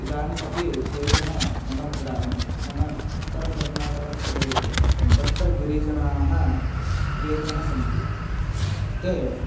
इदानिमपि केचन मम ग्रामे नाम उत्तरकर्नाटकप्रदेशे तत्र गिरिजनाः केचन सन्ति ते